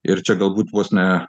ir čia galbūt vos ne